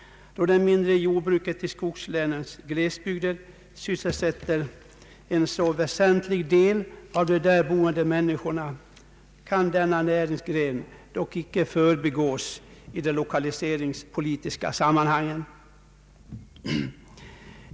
Det mindre jordbruket i skogslänens glesbygder, som sysselsätter en så väsentlig del av de där boende människorna, kan dock inte förbigås i de lokaliseringspolitiska sammanhangen.